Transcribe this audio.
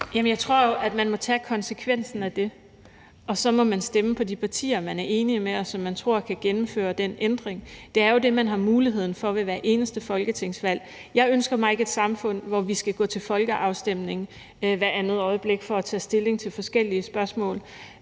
tror jo, at man må tage konsekvensen af det, og at man så må stemme på de partier, som man er enig med, og som man tror kan gennemføre den ændring. Det er jo det, man har muligheden for ved hvert eneste folketingsvalg. Jeg ønsker mig ikke et samfund, hvor vi skal gå til folkeafstemning hvert andet øjeblik for at tage stilling til forskellige spørgsmål.